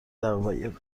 دقایق